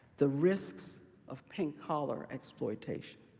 the risks of pink collar exploitation,